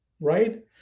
right